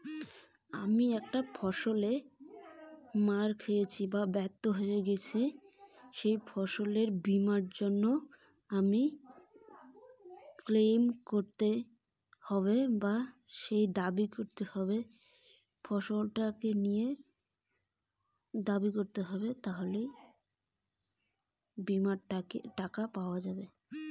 বিমার টাকার দাবি কিভাবে ক্লেইম করতে হয়?